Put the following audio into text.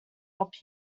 help